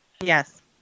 Yes